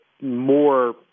more